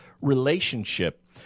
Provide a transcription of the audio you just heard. relationship